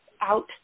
out